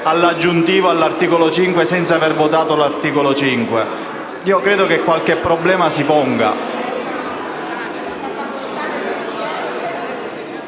aggiuntivo all'articolo 5 senza aver votato l'articolo 5? Credo che qualche problema si ponga.